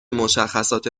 مشخصات